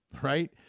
right